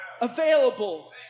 available